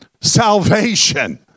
salvation